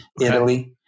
Italy